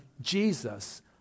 Jesus